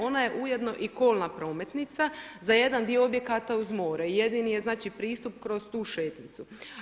Ona je ujedno i kolna prometnica za jedan dio objekata uz more i jedini je pristup kroz tu šetnjicu.